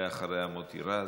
אחריה, מוסי רז,